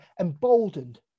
emboldened